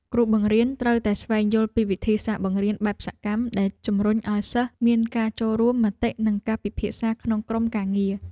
គ្រូបង្រៀនត្រូវតែស្វែងយល់ពីវិធីសាស្ត្របង្រៀនបែបសកម្មដែលជំរុញឱ្យសិស្សមានការចូលរួមមតិនិងការពិភាក្សាក្នុងក្រុមការងារ។